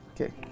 Okay